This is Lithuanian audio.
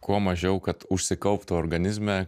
kuo mažiau kad užsikauptų organizme